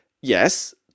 Yes